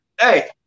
hey